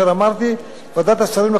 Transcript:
ועדת השרים לחקיקה החליטה,